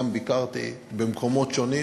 ביקרתי במקומות שונים,